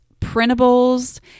printables